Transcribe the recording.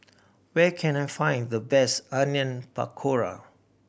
where can I find the best Onion Pakora